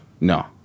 No